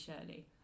Shirley